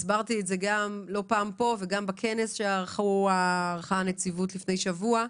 הסברתי את זה לא פעם כאן וגם בכנס שערכה הנציבות לפני שבוע.